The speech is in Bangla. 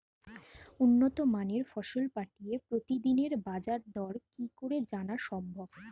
উন্নত মানের ফসল পাঠিয়ে প্রতিদিনের বাজার দর কি করে জানা সম্ভব?